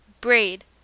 Braid